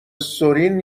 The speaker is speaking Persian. سرین